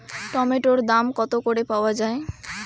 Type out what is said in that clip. টমেটোর দাম কত করে পাওয়া যায়?